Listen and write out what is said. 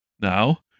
Now